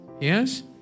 yes